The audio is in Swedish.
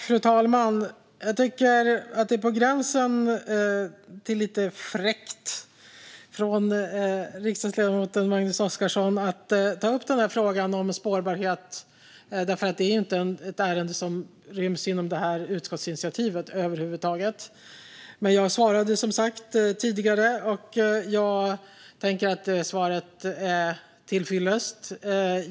Fru talman! Det är på gränsen till lite fräckt av riksdagsledamoten Magnus Oscarsson att ta upp frågan om spårbarhet. Det är inte ett ärende som ryms inom utskottsinitiativet över huvud taget. Men jag svarade tidigare, och jag tänker att svaret är till fyllest.